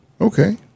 Okay